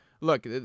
Look